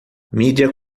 mídia